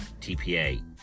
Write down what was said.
TPA